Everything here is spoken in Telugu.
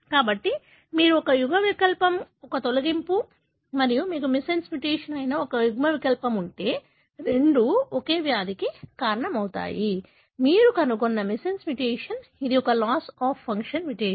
కాబట్టి మీరు ఒక యుగ్మవికల్పం ఒక తొలగింపు యుగ్మవికల్పం మరియు మీకు మిస్సెన్స్ మ్యుటేషన్ అయిన ఒక యుగ్మవికల్పం ఉంటే రెండూ ఒకే వ్యాధికి కారణమవుతాయి మీరు కనుగొన్న మిస్సెన్స్ మ్యుటేషన్ కూడా ఒక లాస్ ఆఫ్ ఫంక్షన్ మ్యుటేషన్